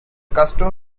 custom